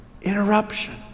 interruption